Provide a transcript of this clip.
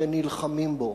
שנלחמים בו,